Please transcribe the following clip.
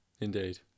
Indeed